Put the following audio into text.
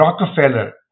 Rockefeller